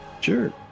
sure